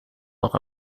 noch